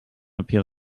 appeal